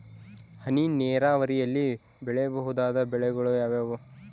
ಹನಿ ನೇರಾವರಿಯಲ್ಲಿ ಬೆಳೆಯಬಹುದಾದ ಬೆಳೆಗಳು ಯಾವುವು?